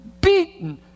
beaten